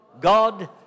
God